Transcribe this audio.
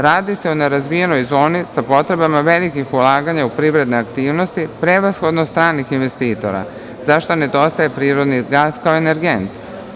Radi se o nerazvijenoj zoni sa potrebama velikih ulaganja u privredne aktivnosti, prevashodno stranih investitora, za šta nedostaje prirodni gas kao energent.